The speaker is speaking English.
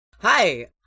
Hi